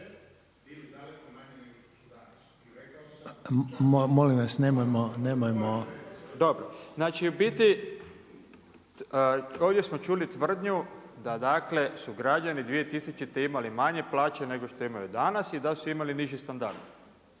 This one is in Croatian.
Molim vas, nemojmo, nemojmo…/… Znači u biti ovdje smo čuli tvrdnju da dakle su građani 2000. imali manje plaće nego što imaju danas i da su imali niži standard,